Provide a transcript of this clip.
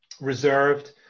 reserved